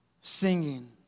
singing